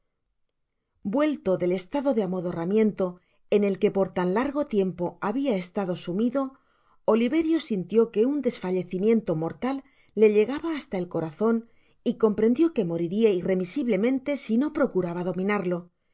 vuelto del estado de amodorramiento en el que por tan largo tiempo habia estado sumido oliverio sintió que un desfallecimiento mortal le llegaba hasta el corazon y comprendió que moriria irremisiblemente sino procuraba dominarlo en